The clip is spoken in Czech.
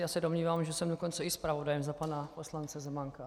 Já se domnívám, že jsem dokonce i zpravodajem za pana poslance Zemánka.